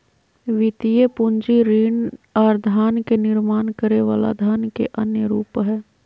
वित्तीय पूंजी ऋण आर धन के निर्माण करे वला धन के अन्य रूप हय